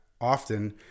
often